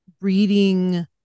reading